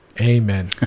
Amen